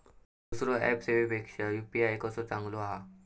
दुसरो ऍप सेवेपेक्षा यू.पी.आय कसो चांगलो हा?